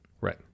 Right